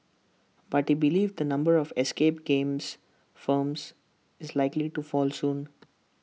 but he believes the number of escape games firms is likely to fall soon